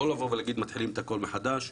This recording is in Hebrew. לא לבוא ולהגיד: מתחילים את הכול מחדש,